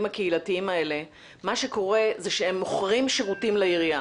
הקהילתיים האלה מוכרים שירותים לעירייה,